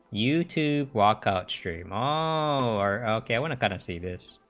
u two walk upstream all are ok when tennessee this